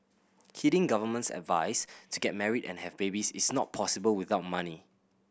heeding government's advice to get married and have babies is not possible without money